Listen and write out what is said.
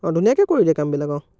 অ' ধুনীয়াকৈ কৰি দিয়ে কামবিলাক অ'